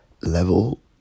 level